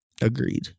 Agreed